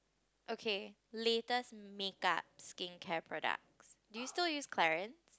okay latest make-up skincare products do you still use Clarins